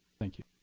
thank you.